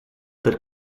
der